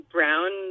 Brown